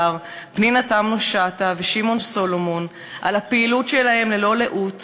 פנינה תמנו-שטה ושמעון סולומון על הפעילות שלהם ללא לאות